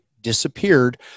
disappeared